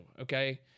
okay